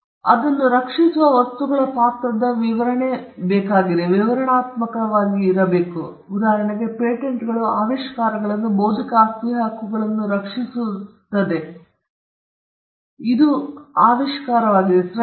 ಬೌದ್ಧಿಕ ಆಸ್ತಿ ಹಕ್ಕುಗಳು ಅದನ್ನು ರಕ್ಷಿಸುವ ವಸ್ತುಗಳ ಪಾತ್ರದ ವಿವರಣಾತ್ಮಕವಾಗಿವೆ ಉದಾಹರಣೆಗೆ ಪೇಟೆಂಟ್ಗಳು ಆವಿಷ್ಕಾರಗಳನ್ನು ಬೌದ್ಧಿಕ ಆಸ್ತಿ ಹಕ್ಕುಗಳನ್ನು ರಕ್ಷಿಸುವುದನ್ನು ನಾವು ಪೇಟೆಂಟ್ಗಳೆಂದು ಹೇಳಿದಾಗ ಅವರು ಬೌದ್ಧಿಕ ಆಸ್ತಿಯನ್ನು ರಕ್ಷಿಸುತ್ತಾರೆ ಇದು ಆವಿಷ್ಕಾರವಾಗಿದೆ